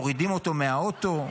מורידים אותו מהאוטו,